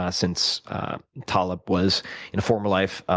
ah since taleb was in a former life,